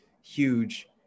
huge